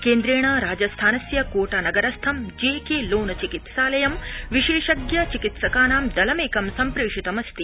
केन्द्रेण राजस्थानस्य कोटानगरस्थं जेकेलोन चिकित्सालयं विशेषज्ञ चिकित्सकानां दलमेकं सम्प्रेषितमस्ति